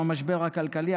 עם המשבר הכלכלי,